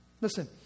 Listen